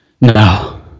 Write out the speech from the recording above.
no